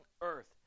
earth